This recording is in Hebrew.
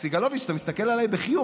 סגלוביץ', אתה מסתכל עלי בחיוך.